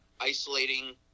isolating